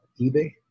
eBay